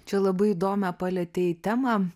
čia labai įdomią palietei temą